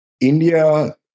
India